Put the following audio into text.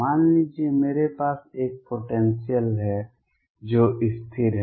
मान लीजिए मेरे पास एक पोटेंसियल है जो स्थिर है